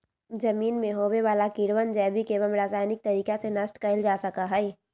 जमीन में होवे वाला कीड़वन जैविक एवं रसायनिक तरीका से नष्ट कइल जा सका हई